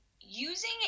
using